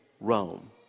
Rome